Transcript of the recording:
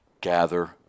gather